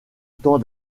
temps